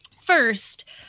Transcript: first